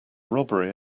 robbery